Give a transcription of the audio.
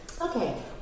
Okay